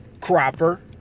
Cropper